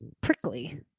prickly